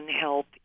help